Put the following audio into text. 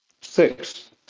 Six